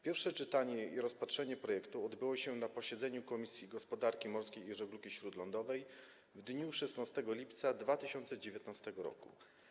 Pierwsze czytanie i rozpatrzenie projektu ustawy odbyło się na posiedzeniu Komisji Gospodarki Morskiej i Żeglugi Śródlądowej w dniu 16 lipca 2019 r.